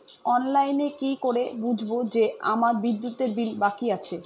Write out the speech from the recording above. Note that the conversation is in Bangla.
অনলাইনে কি করে বুঝবো যে আমার বিদ্যুতের বিল বাকি আছে?